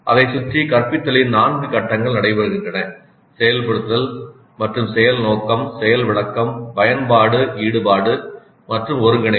அதைச் சுற்றி கற்பித்தலின் 4 கட்டங்கள் நடைபெறுகின்றன செயல்படுத்தல் மற்றும் செயல் நோக்கம் செயல் விளக்கம் பயன்பாடு ஈடுபாடு மற்றும் ஒருங்கிணைப்பு